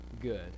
good